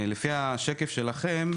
לפי השקף שלכם,